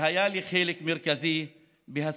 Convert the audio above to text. והיה לי חלק מרכזי בהשגת